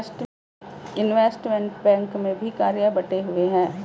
investment bank में भी कार्य बंटे हुए हैं